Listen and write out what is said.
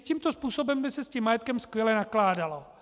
Tímto způsobem by se s tím majetkem skvěle nakládalo.